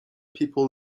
people